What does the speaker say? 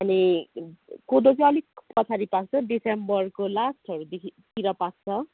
अनि कोदो चाहिँ अलिक पछाडि पाक्छ दिसम्बरको लास्टहरूदेखितिर पाक्छ